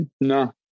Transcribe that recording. No